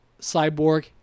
Cyborg